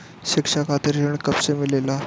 शिक्षा खातिर ऋण कब से मिलेला?